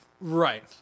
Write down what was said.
right